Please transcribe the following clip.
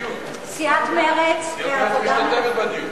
סיעות מרצ והעבודה, משתתפת בדיון.